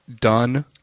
done